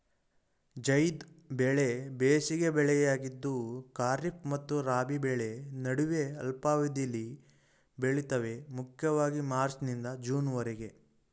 ಝೈದ್ ಬೆಳೆ ಬೇಸಿಗೆ ಬೆಳೆಯಾಗಿದ್ದು ಖಾರಿಫ್ ಮತ್ತು ರಾಬಿ ಬೆಳೆ ನಡುವೆ ಅಲ್ಪಾವಧಿಲಿ ಬೆಳಿತವೆ ಮುಖ್ಯವಾಗಿ ಮಾರ್ಚ್ನಿಂದ ಜೂನ್ವರೆಗೆ